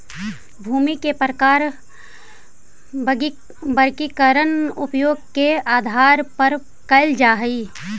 भूमि के प्रकार के वर्गीकरण उपयोग के आधार पर कैल जा हइ